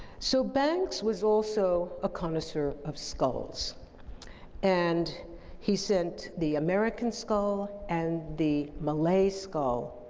so, banks was also a connoisseur of skulls and he sent the american skull and the malay skull,